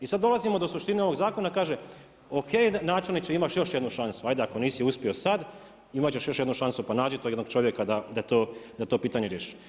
I sada dolazimo do suštine ovog zakona, kaže, ok, načelniče imaš još jednu šansu, ajde ako nisi uspio sad, imati ćeš još jednu šansu, pa nađi tog jednog čovjeka da to pitanje riješi.